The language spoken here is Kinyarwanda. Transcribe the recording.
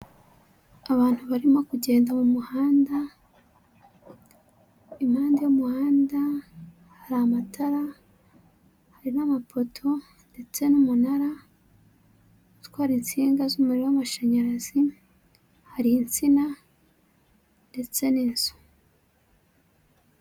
Abantu barimo kugenda mu muhanda impande y'umuhanda hari amatara, hari n'amapoto ndetse n'umunara utwara insinga z'umuriro w'amashanyarazi, hari insina ndetse n'inzu.